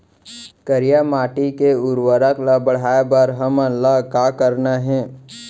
करिया माटी के उर्वरता ला बढ़ाए बर हमन ला का करना हे?